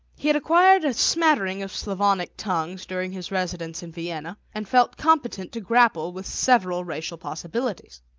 he had acquired a smattering of slavonic tongues during his residence in vienna, and felt competent to grapple with several racial possibilities.